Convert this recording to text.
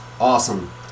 awesome